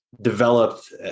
developed